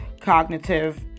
cognitive